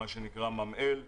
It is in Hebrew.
מה שנקרא ממא"ל,